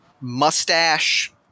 mustache